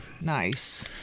Nice